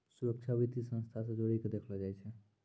सुरक्षा वित्तीय संस्था से जोड़ी के देखलो जाय छै